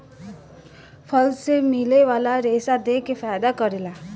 फल मे मिले वाला रेसा देह के फायदा करेला